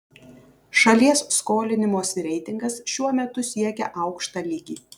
šalies skolinimosi reitingas šiuo metu siekia aukštą lygį